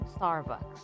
Starbucks